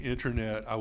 Internet